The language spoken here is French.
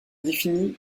définit